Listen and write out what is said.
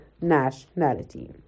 nationality